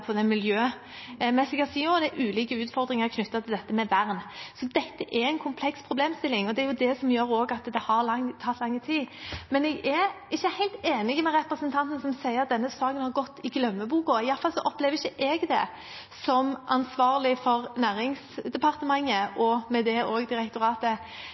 på den miljømessige siden, og det er ulike utfordringer knyttet til vern, så dette er en kompleks problemstilling, og det er det som gjør at det har tatt lang tid. Men jeg er ikke helt enig med representanten, som sier at denne saken har gått i glemmeboken. I hvert fall opplever ikke jeg det, som ansvarlig for Næringsdepartementet og med det også Direktoratet